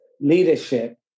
leadership